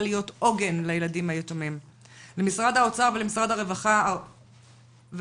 להיות עוגן לילדים היתומים למשרד האוצר ולמשרד הרווחה והחינוך.